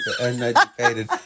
uneducated